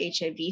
HIV